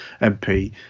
MP